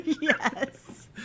Yes